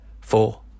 four